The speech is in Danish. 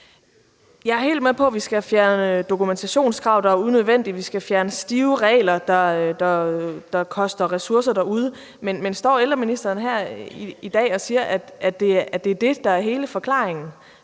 Jeg er helt med på, at vi skal fjerne dokumentationskrav, der er unødvendige, og at vi skal fjerne stive regler, der koster ressourcer derude, men står ældreministeren her i dag og siger, at det er det, der er hele forklaringen,